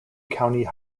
county